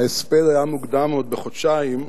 ההספד היה מוקדם עוד בחודשיים.